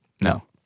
No